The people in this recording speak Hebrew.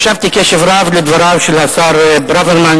הקשבתי קשב רב לדבריו של השר ברוורמן,